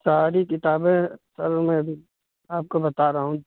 ساری کتابیں سر میں ابھی آپ کو بتا رہا ہوں